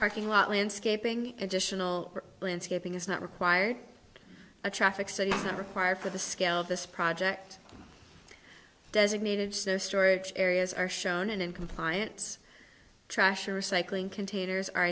parking lot landscaping additional landscaping is not required a traffic study required for the scale of this project designated storage areas are shown and in compliance trash or recycling containers are